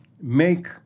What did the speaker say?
make